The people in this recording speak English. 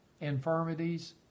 infirmities